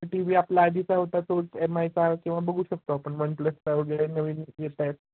T V आपला आधीचा होता तो एम आयचा किंवा बघू शकतो आपण वन प्लसचा वगैरे नवीन एक येत आहेत